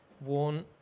worn